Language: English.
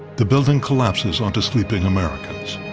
the building collapses onto sleeping americans.